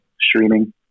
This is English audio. streaming